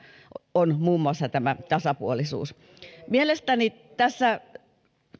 on muun muassa tässä tasapuolisuudessa mielestäni tässä